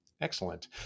excellent